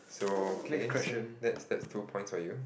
so okay so that's that's two points for you